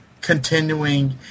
continuing